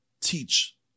teach